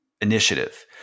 initiative